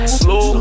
slow